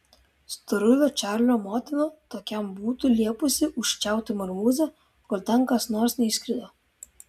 storulio čarlio motina tokiam būtų liepusi užčiaupti marmūzę kol ten kas nors neįskrido